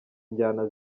injyana